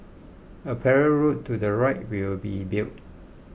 a parallel road to the right will be built